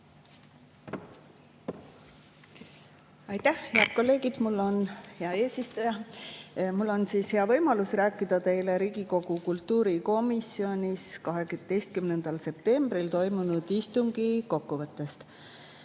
Aitäh! Head kolleegid! Hea eesistuja! Mul on hea võimalus rääkida teile Riigikogu kultuurikomisjonis 12. septembril toimunud istungi kokkuvõttest.